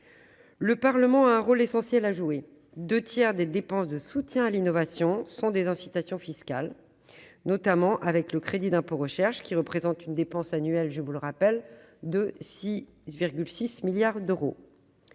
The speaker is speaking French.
Le Parlement a un rôle essentiel à jouer. Deux tiers des dépenses de soutien à l'innovation sont des incitations fiscales, notamment avec le crédit d'impôt recherche (CIR) qui représente une dépense annuelle de 6,6 milliards d'euros.